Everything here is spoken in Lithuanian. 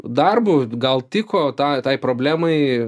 darbu gal tiko tą tai problemai